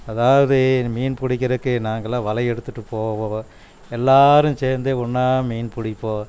அதாவது மீன் பிடிக்கிறக்கு நாங்களாம் வலை எடுத்துட்டு போவோம் எல்லோரும் சேந்து ஒன்றா மீன் பிடிப்போம்